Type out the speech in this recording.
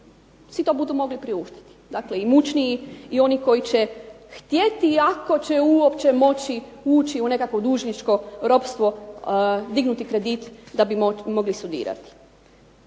si to budu mogli priuštiti, dakle imućniji i oni koji će htjeti i ako će uopće moći ući u nekakvo dužničko ropstvo, dignuti kredit da bi mogli studirati.